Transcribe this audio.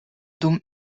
dum